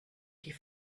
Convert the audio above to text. die